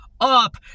up